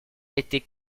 était